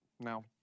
no